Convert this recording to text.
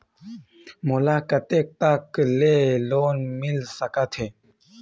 मोला कतेक तक के लोन मिल सकत हे?